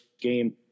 game